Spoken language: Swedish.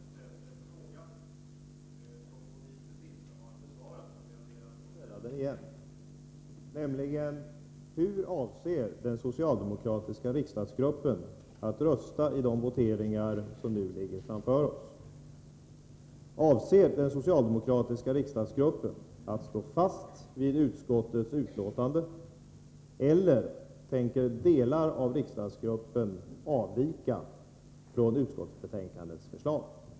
Herr talman! Jag har tidigare till utbildningsministern ställt en fråga, som hon hittills inte har besvarat. Jag ber att få ställa den igen: Hur avser den socialdemokratiska riksdagsgruppen att rösta i de voteringar som nu ligger framför oss? Avser den socialdemokratiska riksdagsgruppen att stå fast vid utskottets förslag eller tänker delar av riksdagsgruppen avvika från detsamma?